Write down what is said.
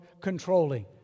controlling